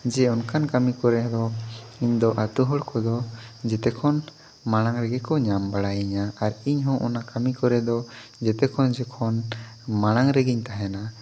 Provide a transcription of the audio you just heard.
ᱡᱮ ᱚᱱᱠᱟᱱ ᱠᱟᱹᱢᱤ ᱠᱚᱨᱮ ᱦᱚᱸ ᱤᱧ ᱫᱚ ᱟᱛᱳ ᱦᱚᱲ ᱠᱚᱫᱚ ᱡᱮᱛᱮ ᱠᱷᱚᱱ ᱢᱟᱲᱟᱝ ᱨᱮᱜᱮ ᱠᱚ ᱧᱟᱢ ᱵᱟᱲᱟᱭᱤᱧᱟᱹ ᱟᱨ ᱤᱧ ᱦᱚᱸ ᱚᱱᱟ ᱠᱟᱹᱢᱤ ᱠᱚᱨᱮ ᱫᱚ ᱡᱚᱛᱚ ᱠᱷᱚᱱ ᱢᱟᱲᱟᱝ ᱨᱮᱜᱮᱧ ᱛᱟᱦᱮᱱᱟ